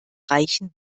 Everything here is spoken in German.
reichen